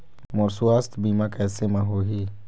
मोर सुवास्थ बीमा कैसे म होही?